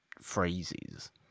phrases